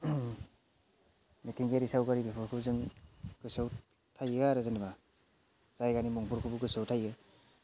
मिथिंगायारि सावगारि बेफोरखौ जों गोसोआव थायो आरो जेनेबा जायगानि मुंफोरखौबो गोसोआव थायो